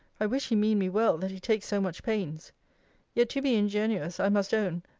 i wish he mean me well, that he takes so much pains yet, to be ingenuous, i must own,